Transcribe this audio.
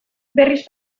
berriz